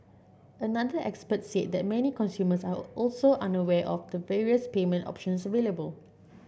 another expert said that many consumers are also unaware of the various payment options available